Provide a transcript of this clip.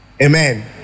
Amen